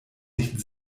nicht